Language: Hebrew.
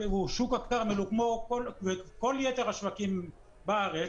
ששוק הכרמל הוא כמו כל יתר השווקים בארץ,